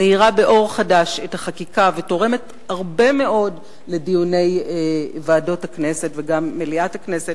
מאירה באור חדש את החקיקה ותורמת רבות לדיוני ועדות הכנסת ומליאתה.